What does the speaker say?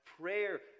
prayer